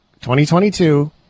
2022